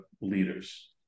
leaders